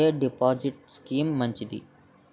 ఎ deposit scheme మంచిది?